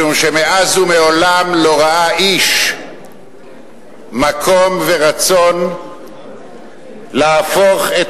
משום שמאז ומעולם לא ראה איש מקום ורצון להפוך את